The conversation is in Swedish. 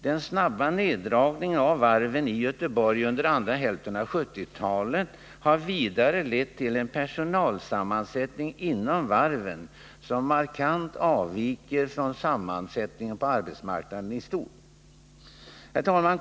Den snabba neddragningen av varven i Göteborg under andra hälften av 1970-talet har vidare lett till en personalsammansättning inom varven som markant avviker från sammansättningen på arbetsmarknaden i stort. Herr talman!